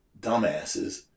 dumbasses